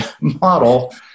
model